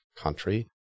country